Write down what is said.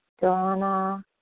Donna